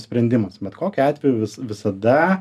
sprendimas bet kokiu atveju visada